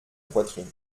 poitrine